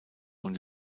und